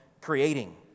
creating